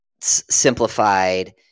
simplified